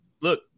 look